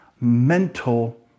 mental